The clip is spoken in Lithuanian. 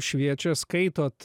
šviečia skaitot